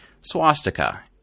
swastika